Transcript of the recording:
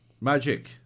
Magic